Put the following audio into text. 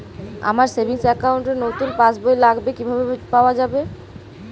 আমার savings account র নতুন পাসবই লাগবে কিভাবে পাওয়া যাবে?